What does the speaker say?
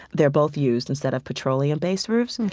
they're both used instead of petroleum-based roofs, and